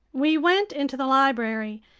we went into the library.